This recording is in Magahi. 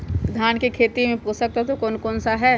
धान की खेती में पोषक तत्व कौन कौन सा है?